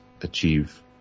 achieve